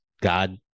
God